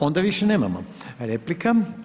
Onda više nemamo replika.